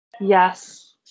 Yes